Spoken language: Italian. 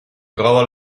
trova